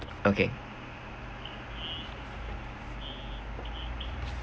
okay